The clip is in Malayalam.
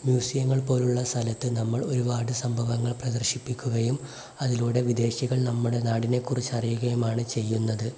മ്യൂസിയങ്ങൾ പോലെയുള്ള സ്ഥലത്ത് നമ്മൾ ഒരുപാട് സംഭവങ്ങൾ പ്രദർശിപ്പിക്കുകയും അതിലൂടെ വിദേശികൾ നമ്മുടെ നാടിനെക്കുറിച്ച് അറിയുകയുമാണ് ചെയ്യുന്നത്